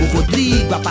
Rodrigo